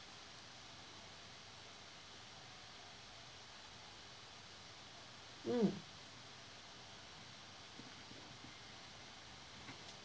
mm